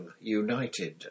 united